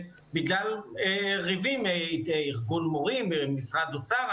בגלל מריבות בין ארגון מורים למשרד האוצר.